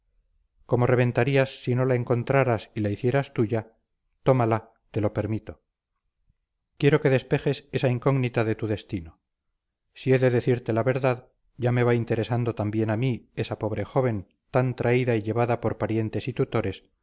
como reventarías si no la encontraras y la hicieras tuya tómala te lo permito quiero que despejes esa incógnita de tu destino si he de decirte la verdad ya me va interesando también a mí esa pobre joven tan traída y llevada por parientes y tutores